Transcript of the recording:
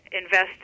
invest